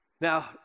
Now